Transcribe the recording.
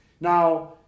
now